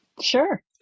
Sure